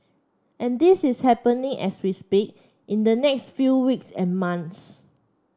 and this is happening as we speak in the next few weeks and months